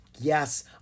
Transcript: Yes